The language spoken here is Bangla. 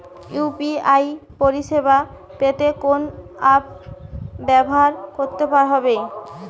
ইউ.পি.আই পরিসেবা পেতে কোন অ্যাপ ব্যবহার করতে হবে?